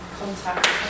contact